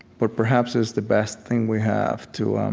but perhaps it's the best thing we have, to um